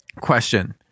Question